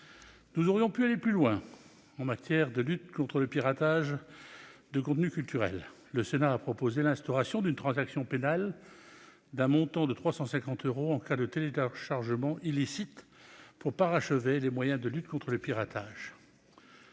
Nous aurions pu aller plus loin en matière de lutte contre le piratage de contenus culturels. Le Sénat a proposé l'instauration d'une transaction pénale d'un montant de 350 euros en cas de téléchargement illicite, pour parachever les moyens de lutte contre le piratage.